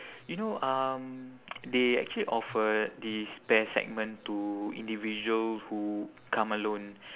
you know um they actually offered this pair segment to individual who come alone